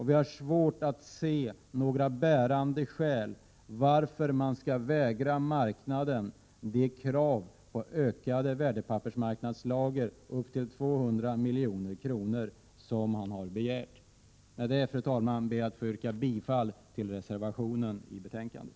Vi har svårt att se några bärande skäl för att vägra marknaden att få öka sina värdepapperslager upp till 200 milj.kr., som man har begärt. Med detta, fru talman, ber jag att få yrka bifall till reservationen i betänkandet.